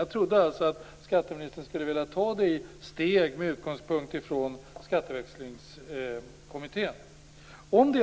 Jag trodde att skatteministern skulle vilja ta det stegvis med utgångspunkt i Skatteväxlingskommitténs förslag.